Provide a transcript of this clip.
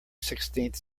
sixteenth